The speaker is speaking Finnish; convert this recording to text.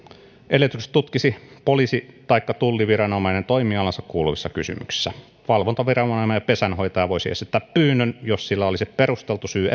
edellytykset tutkisi poliisi taikka tulliviranomainen toimialaansa kuuluvissa kysymyksissä valvontaviranomainen ja pesänhoitaja voisi esittää pyynnön jos sillä olisi perusteltu syy